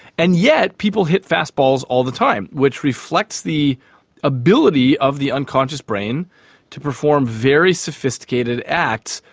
and yet people hit fast balls all the time, which reflects the ability of the unconscious brain to perform very sophisticated acts,